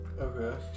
Okay